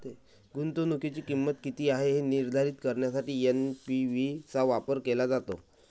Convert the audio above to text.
गुंतवणुकीची किंमत किती आहे हे निर्धारित करण्यासाठी एन.पी.वी चा वापर केला जातो